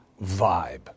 vibe